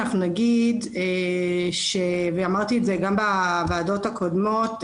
כמו שאמרתי בוועדות הקודמות,